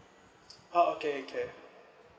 oh okay can